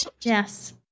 Yes